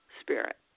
spirit